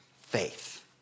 faith